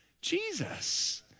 Jesus